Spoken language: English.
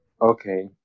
okay